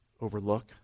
overlook